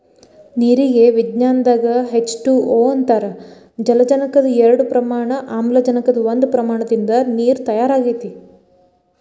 ನೇರಿಗೆ ವಿಜ್ಞಾನದಾಗ H two O ಅಂತಾರ ಜಲಜನಕದ ಎರಡ ಪ್ರಮಾಣ ಆಮ್ಲಜನಕದ ಒಂದ ಪ್ರಮಾಣದಿಂದ ನೇರ ತಯಾರ ಆಗೆತಿ